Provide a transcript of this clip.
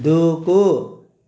దూకు